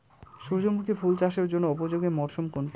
সূর্যমুখী ফুল চাষের জন্য উপযোগী মরসুম কোনটি?